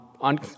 On